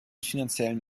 finanziellen